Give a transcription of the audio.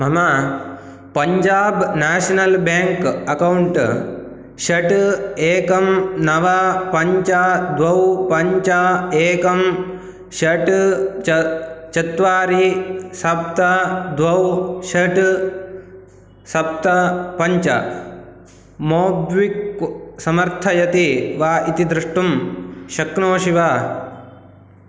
मम Punjab National Bank account षट् एकं नव पञ्च द्वे पञ्च एकं षट् चत् चत्वारि सप्त द्वे षट् सप्त पञ्च मोब्विक् समर्थयति वा इति दृष्टुं शक्नोषि वा